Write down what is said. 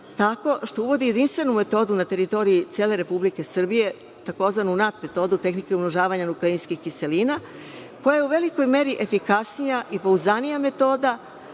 tako što uvodi jedinstvenu metodu na teritoriji cele Republike Srbije tzv. „nap“ metodu tehnike umnožavanja nukleinskih kiselina, koja je u velikoj meri efikasnija i pouzdanija metoda,